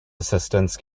assistants